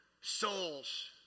souls